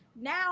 now